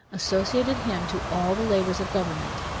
associated him to all the labors of government.